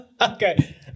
Okay